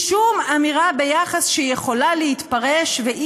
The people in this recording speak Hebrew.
משום אמירה שיכולה להתפרש, ולא